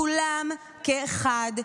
כולם כאחד,